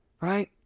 right